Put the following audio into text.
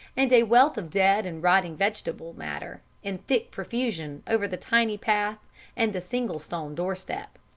and a wealth of dead and rotting vegetable matter in thick profusion over the tiny path and the single stone doorstep.